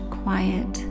quiet